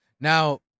now